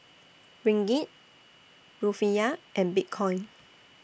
Ringgit Rufiyaa and Bitcoin